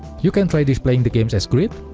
you can try displaying the games as grid,